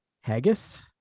Haggis